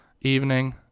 evening